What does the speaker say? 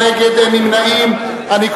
נתקבלה.